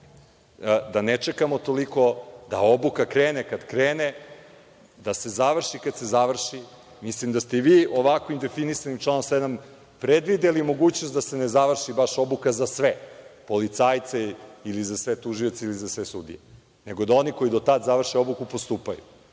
da ne čekamo toliko, da obuka krene, kad krene, da se završi, kad se završi. Mislim da ste i vi ovako definisanim članom 7. predvideli mogućnost da se ne završi baš obuka za sve policajce ili za sve tužioce ili za sve sudije, nego da oni koji do tada završe obuku postupaju.